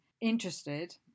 interested